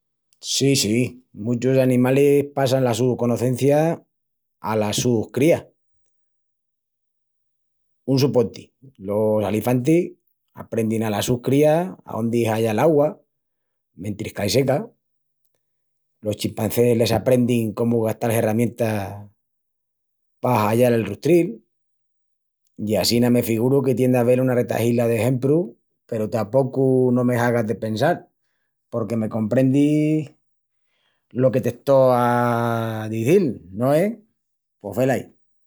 Sí, sí, muchus animalis passan la su conocencia alas sus crías. Un suponti, los alifantis, aprendin alas sus crías aondi hallal augua, mentris qu'ai seca. Los chimpancés les aprendin comu gastal herramientas pa hallal el rustril. I assina me figuru que tien d'avel una retahila d'exemprus peru tapocu no me hagas de pensal porque me comprendis lo que t'estó a dizil, no es? Pos velaí!